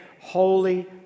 Holy